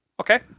Okay